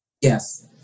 Yes